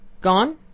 Gone